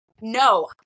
No